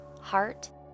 heart